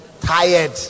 tired